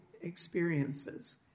experiences